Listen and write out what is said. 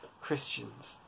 Christians